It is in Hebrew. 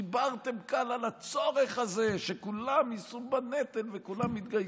דיברתם כאן על הצורך הזה שכולם יישאו בנטל וכולם יתגייסו,